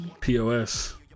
POS